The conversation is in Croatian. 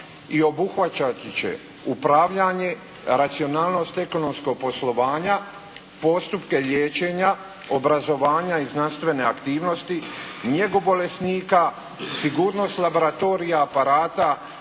i obuhvaćat će upravljanje, racionalnost ekonomskog poslovanja, postupke liječenja, obrazovanja i znanstvene aktivnosti, njegu bolesnika, sigurnost laboratorij i aparata,